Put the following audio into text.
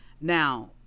Now